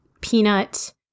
peanut